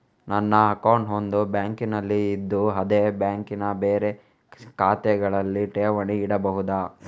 ನನ್ನ ಅಕೌಂಟ್ ಒಂದು ಬ್ಯಾಂಕಿನಲ್ಲಿ ಇದ್ದು ಅದೇ ಬ್ಯಾಂಕಿನ ಬೇರೆ ಶಾಖೆಗಳಲ್ಲಿ ಠೇವಣಿ ಇಡಬಹುದಾ?